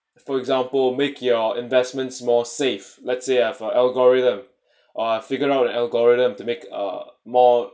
for example make your investments more safe let's say I have a algorithm or I figured out an algorithm to make uh more